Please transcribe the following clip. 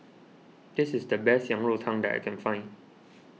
this is the best Yang Rou Tang that I can find